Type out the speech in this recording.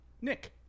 Nick